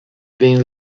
being